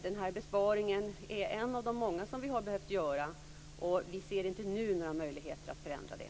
Den här besparingen är en av många vi har behövt göra. Vi ser inte nu några möjligheter att förändra det.